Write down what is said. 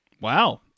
Wow